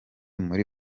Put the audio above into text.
muri